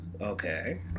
okay